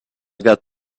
got